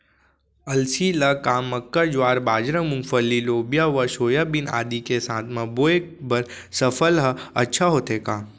अलसी ल का मक्का, ज्वार, बाजरा, मूंगफली, लोबिया व सोयाबीन आदि के साथ म बोये बर सफल ह अच्छा होथे का?